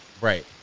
Right